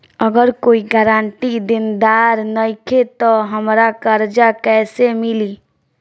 अगर कोई गारंटी देनदार नईखे त हमरा कर्जा कैसे मिली?